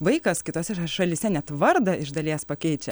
vaikas kitose šalyse net vardą iš dalies pakeičia